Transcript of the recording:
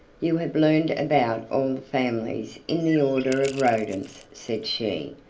you have learned about all the families in the order of rodents, said she,